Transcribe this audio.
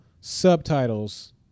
subtitles